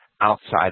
outside